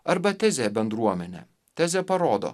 arba tezė bendruomenę tezė parodo